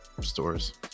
stores